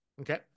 okay